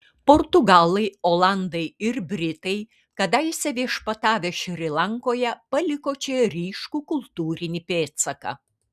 portugalai olandai ir britai kadaise viešpatavę šri lankoje paliko čia ryškų kultūrinį pėdsaką